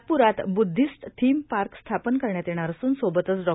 नागपुरात Buddhist theme park स्थापन करण्यात येणार असून सोबतच डॉ